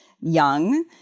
young